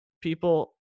people